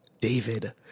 David